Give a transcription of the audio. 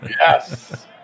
Yes